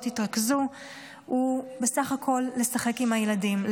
יתרכזו בו הוא בסך הכול בלשחק עם הילדים,